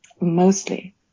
mostly